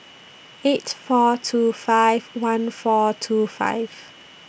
eight four two five one four two five